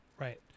Right